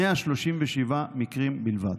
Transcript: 137 מקרים בלבד.